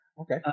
Okay